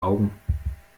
augen